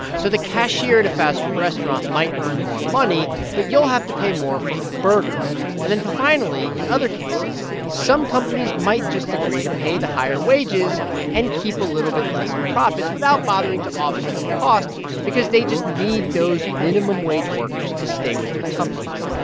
so the cashier at a fast food restaurant might earn more money, but you'll have to pay more for a burger and then finally, in other cases, some companies might just agree to pay the higher wages and keep a little bit less in profits without bothering to offset the cost because they just need those minimum wage workers to stay with their companies.